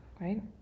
right